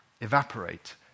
evaporate